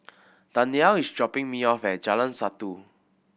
Danyelle is dropping me off at Jalan Satu